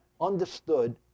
understood